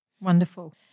Wonderful